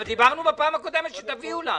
אבל דיברנו בפעם הקודמת שתביאו לנו.